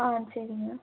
ஆ சரிங்க